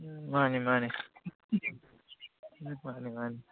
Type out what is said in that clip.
ꯃꯥꯟꯅꯤ ꯃꯥꯟꯅꯤ ꯃꯥꯟꯅꯤ ꯃꯥꯟꯅꯤ